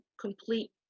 complete